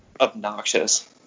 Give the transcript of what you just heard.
obnoxious